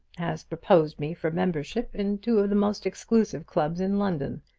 has proposed me for membership in two of the most exclusive clubs in london.